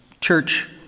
church